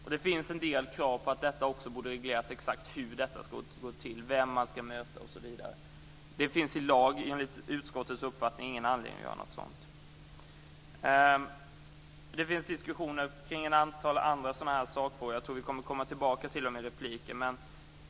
Det finns en del krav på att det också borde regleras exakt hur detta skall gå till, vem man skall möta osv. Enligt utskottets uppfattning finns det ingen anledning att göra något sådant i lag. Det förs diskussioner kring ett antal andra sakfrågor. Jag tror att vi kommer tillbaka till dem i replikerna.